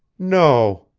no,